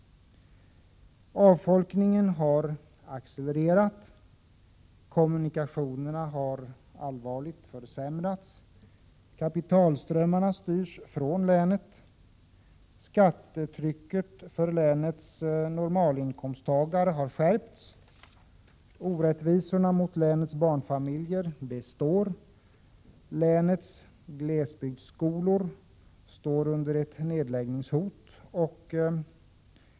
Avfolkningstakten har accelererat. Kommunikationerna har allvarligt försämrats. Kapitalströmmarna styrs i riktning från länet. Skattetrycket för länets normalinkomsttagare har skärpts. Orättvisorna när det gäller länets barnfamiljer består. Länets glesbygdsskolor är nedläggningshotade.